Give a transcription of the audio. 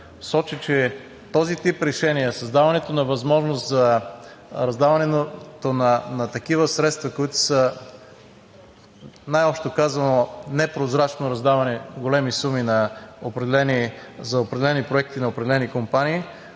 сочат, че този тип решения, създаването на възможност за раздаването на такива средства, които са най-общо казано, непрозрачно раздавани големи суми за определени проекти на определени компании,